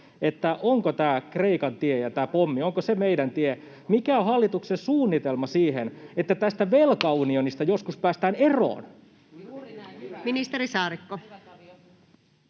Onko tämä Kreikan tie ja tämä pommi meidän tie? Mikä on hallituksen suunnitelma siihen, että tästä velkaunionista joskus päästään eroon? Ministeri Saarikko.